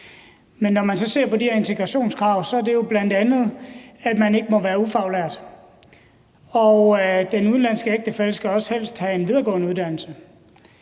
men når vi ser på de her integrationskrav, gælder det jo bl.a., at man ikke må være ufaglært, at den udenlandske ægtefælle også helst skal have en videregående uddannelse,